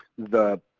the